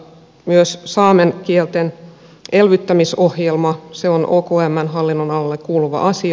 myös saamen kielten elvyttämisohjelma on okmn hallinnon alle kuuluva asia